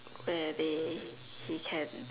where they he can